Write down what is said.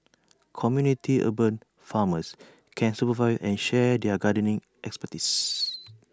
community 'urban farmers' can supervise and share their gardening expertise